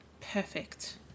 Perfect